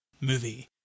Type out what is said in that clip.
movie